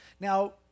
Now